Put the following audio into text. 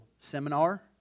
seminar